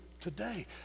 today